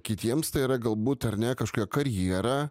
kitiems tai yra galbūt ar ne kažkokia karjera